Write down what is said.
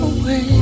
away